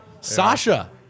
Sasha